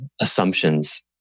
assumptions